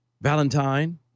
Valentine